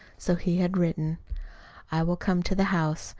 so he had written i will come to the house.